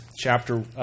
chapter